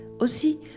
Aussi